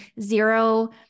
zero